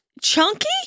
Chunky